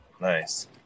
Nice